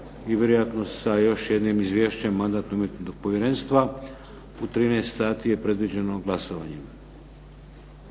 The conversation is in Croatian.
i vjerojatno sa još jednim izvješćem Mandatno-imunitetnog povjerenstva. U 13 sati je predviđeno glasovanje.